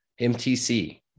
MTC